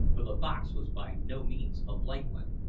for the box was by no means a light one.